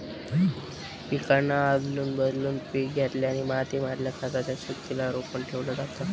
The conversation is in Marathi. पिकांना आदलून बदलून पिक घेतल्याने माती मधल्या खताच्या शक्तिला रोखून ठेवलं जातं